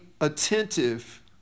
attentive